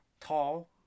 tall